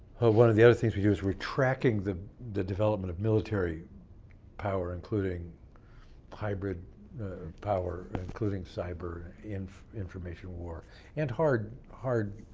one of the other things we do is we're tracking the the development of military power, including hybrid power and including cyber and information war and hard hard